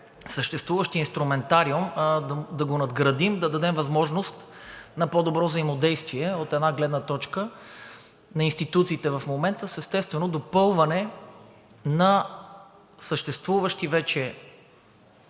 съществуващият инструментариум да го надградим, да дадем възможност на по-добро взаимодействие от една гледна точка на институциите в момента с естествено допълване на съществуващи вече